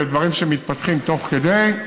אלה דברים שמתפתחים תוך כדי.